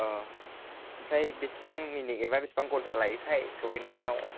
अ ओमफ्राय बेसेबां मिनिट एबा बेसेबां घन्टा लायोथाय सहैनायाव